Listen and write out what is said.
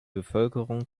bevölkerung